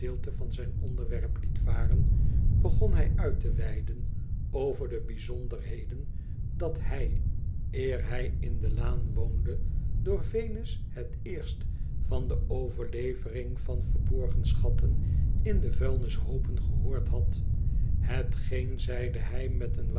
van zijn onderwerp liet varen begon hij uit te weiden over de bijzonderheden dat hij eer hij in de laan woonde door venus het eerst van de overlevering van verborgen schatten in de vuilnishoopen gehoord bad hetgeen zeide hij met een